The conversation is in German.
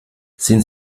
sind